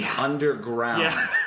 underground